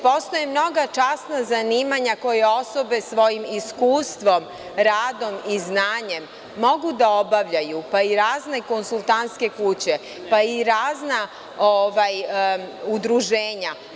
Postoje mnoga časna zanimanja koje osobe svojim iskustvom, radom i znanjem mogu da obavljaju, pa i razne konsultantske kuće, pa i razna udruženja.